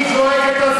אני צריך להביא פתרונות?